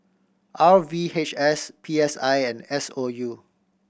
R V H S P S I and S O U